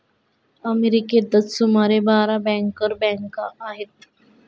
अमेरिकेतच सुमारे बारा बँकर बँका आहेत